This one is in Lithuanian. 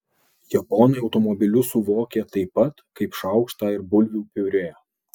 japonai automobilius suvokia taip pat kaip šaukštą ir bulvių piurė